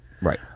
Right